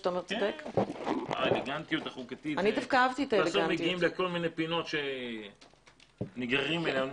אנחנו נכנסים לכל מיני פינות שנגררים אליהן.